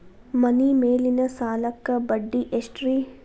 ಮನಿ ಮೇಲಿನ ಸಾಲಕ್ಕ ಬಡ್ಡಿ ಎಷ್ಟ್ರಿ?